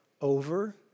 over